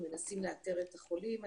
ומנסים לאתר את החולים.